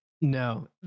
no